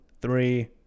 three